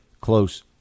close